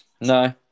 No